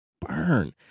burn